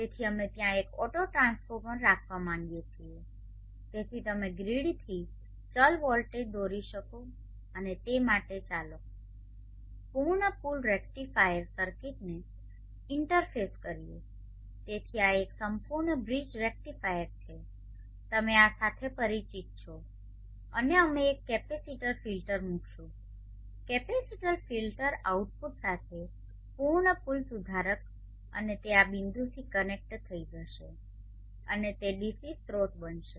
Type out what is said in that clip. તેથી અમે ત્યાં એક ઓટો ટ્રાન્સફોર્મર રાખવા માંગીએ છીએ જેથી તમે ગ્રીડથી ચલ વોલ્ટેજ દોરી શકો અને તે માટે ચાલો પૂર્ણ પુલ રેક્ટિફાયર સર્કિટને ઇન્ટરફેસ કરીએ તેથી આ એક સંપૂર્ણ બ્રિજ રેક્ટિફાયર છે તમે આ સાથે પરિચિત છો અને અમે એક કેપેસિટર ફિલ્ટર મૂકીશું કેપેસિટર ફિલ્ટર આઉટપુટ સાથે પૂર્ણ પુલ સુધારક અને તે આ બિંદુથી કનેક્ટ થઈ જશે અને તે ડીસી સ્રોત બનશે